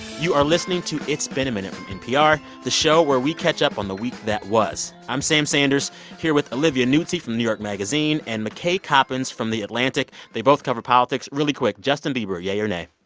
you are listening to it's been a minute from npr, the show where we catch up on the week that was. i'm sam sanders here with olivia nuzzi from new york magazine and mckay coppins from the atlantic. they both cover politics. really quick justin bieber, yea or nay?